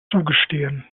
zugestehen